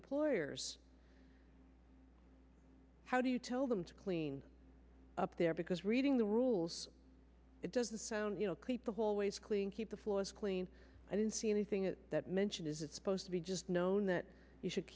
employers how do you tell them to clean up there because reading the rules it doesn't sound you know keep the hallways clean keep the floors clean i didn't see anything that mentioned is it supposed to be just known that you should